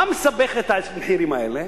מה מסבך את המחירים האלה?